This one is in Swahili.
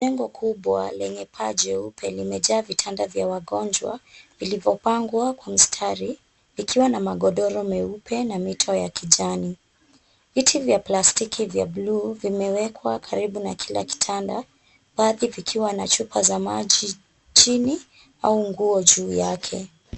Jengo kubwa lenye paa jeupe limejaa vitanda vya wagonjwa vilivyopangwa kwa mstari vikiwa na magodoro meupe na mito ya kijani. Viti vya plastiki vya bluu vimewekwa karibu na kila kitanda baadhi vikiwa na chupa za maji chini au nguo juu yake.